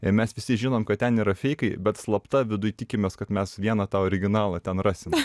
ir mes visi žinom kad ten yra feikai bet slapta viduj tikimės kad mes vieną tą originalą ten rasim